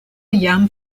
jam